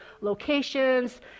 locations